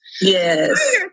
Yes